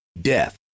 death